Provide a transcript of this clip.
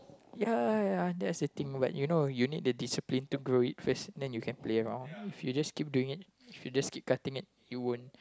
ya ya ya that's the thing but you know you need the discipline to grow it first then you can play around if you just keep doing it if you just keep cutting it it won't